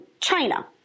China